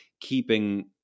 keeping